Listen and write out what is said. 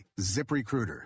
ZipRecruiter